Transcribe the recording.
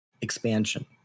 expansion